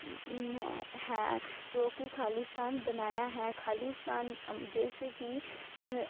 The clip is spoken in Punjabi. ਹੈ ਜੋ ਕੇ ਖਾਲਿਸਤਾਨ ਬਨਾਇਆ ਹੈ ਖਾਲਿਸਤਾਨ ਜੈਸੇ ਕੀ